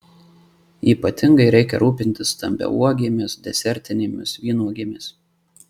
ypatingai reikia rūpintis stambiauogėmis desertinėmis vynuogėmis